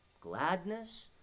gladness